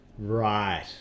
Right